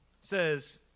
says